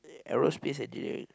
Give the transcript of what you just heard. aerospace engineering